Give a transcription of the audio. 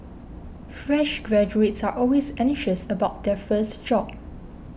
fresh graduates are always anxious about their first job